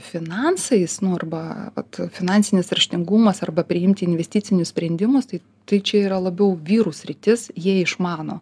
finansais nu arba vat finansinis raštingumas arba priimti investicinius sprendimus tai tai čia yra labiau vyrų sritis jie išmano